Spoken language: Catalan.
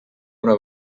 una